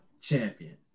champion